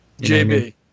JB